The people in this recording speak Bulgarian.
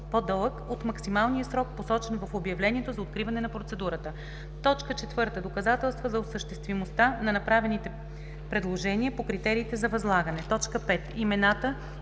по-дълъг от максималния срок, посочен в обявлението за откриване на процедурата; 4. доказателства за осъществимостта на направените предложения по критериите за възлагане; 5. имената